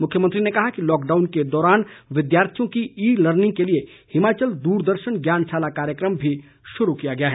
मुख्यमंत्री ने कहा कि लॉकडाउन के दौरान विद्यार्थियों की ई लर्निंग के लिए हिमाचल दूरदर्शन ज्ञानशाला कार्यक्रम भी शुरू किया गया है